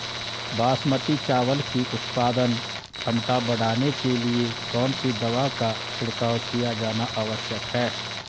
बासमती चावल की उत्पादन क्षमता बढ़ाने के लिए कौन सी दवा का छिड़काव किया जाना आवश्यक है?